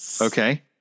Okay